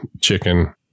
chicken